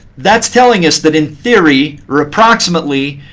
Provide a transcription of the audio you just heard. that's telling us that in theory or approximately,